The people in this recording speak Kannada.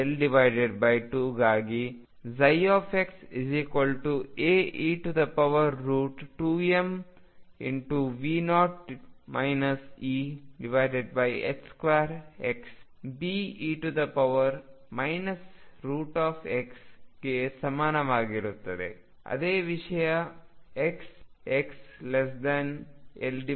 xL2 ಗಾಗಿxAe2m2x Be √x ಗೆ ಸಮಾನವಾಗಿರುತ್ತದೆ ಅದೇ ವಿಷಯ x xL2